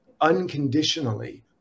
unconditionally